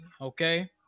okay